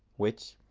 which,